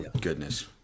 goodness